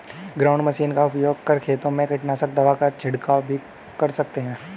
ground machine का उपयोग कर खेतों में कीटनाशक दवा का झिड़काव कर सकते है